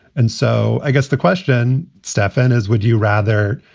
and so i guess the question, stefan, is would you rather.